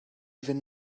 fynd